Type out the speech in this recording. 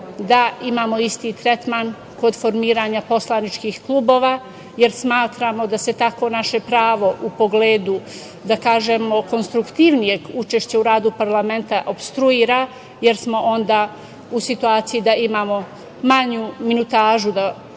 da imamo isti tretman kod formiranja poslaničkih klubova, jer smatramo da se tako naše pravo u pogledu, da kažemo konstruktivnijeg učešća u radu parlamentu opstruira, jer smo onda u situaciji da imamo manju minutažu da govorimo